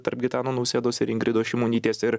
tarp gitano nausėdos ir ingridos šimonytės ir